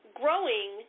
growing